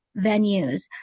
venues